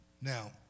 Now